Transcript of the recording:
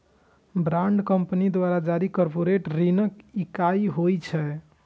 bond company द्वारा जारी corporate ऋणक इकाइ होइ छै